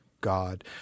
God